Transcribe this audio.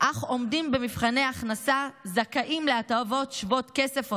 אך עומדים במבחני הכנסה זכאים להטבות שוות כסף רבות,